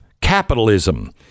capitalism